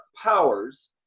powers